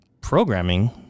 programming